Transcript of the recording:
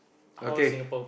okay